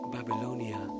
Babylonia